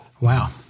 Wow